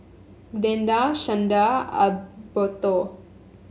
Glenda Shanda Adalberto